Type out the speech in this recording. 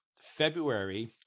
February